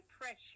pressure